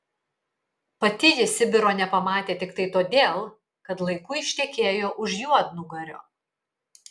pati ji sibiro nepamatė tiktai todėl kad laiku ištekėjo už juodnugario